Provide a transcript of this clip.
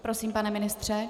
Prosím, pane ministře.